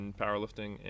powerlifting